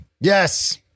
Yes